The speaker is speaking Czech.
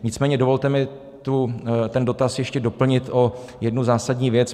Nicméně dovolte mi ten dotaz ještě doplnit o jednu zásadní věc.